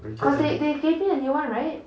because they they gave me a new one right